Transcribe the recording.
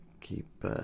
keep